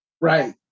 Right